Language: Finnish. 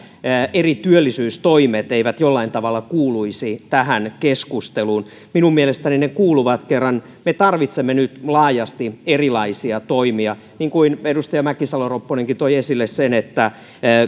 eri työllisyystoimet eivät jollain tavalla kuuluisi tähän keskusteluun minun mielestäni ne kuuluvat kerran me tarvitsemme nyt laajasti erilaisia toimia niin kuin edustaja mäkisalo ropponenkin toi esille sen